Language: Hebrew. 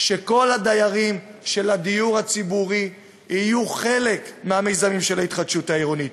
שכל הדיירים של הדיור הציבורי יהיו חלק מהמיזמים של ההתחדשות העירונית.